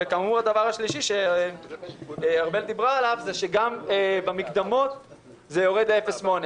וכאמור הדבר השלישי שארבל דיברה עליו הוא שגם במקדמות זה יורד ל-0.8.